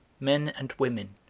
men and women,